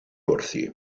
wrthi